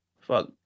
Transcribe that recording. Fuck